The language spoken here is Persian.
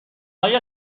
های